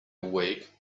awake